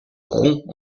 rompt